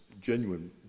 genuine